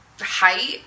height